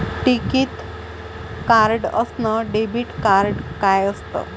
टिकीत कार्ड अस debit card काय असत?